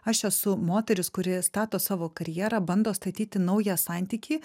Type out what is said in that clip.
aš esu moteris kuri stato savo karjerą bando statyti naują santykį